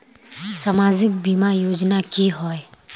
सामाजिक बीमा योजना की होय?